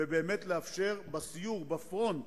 ולאפשר בסיור, בפרונט,